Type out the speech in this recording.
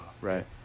right